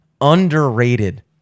underrated